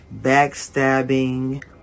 backstabbing